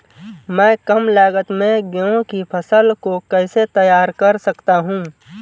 मैं कम लागत में गेहूँ की फसल को कैसे तैयार कर सकता हूँ?